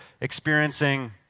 experiencing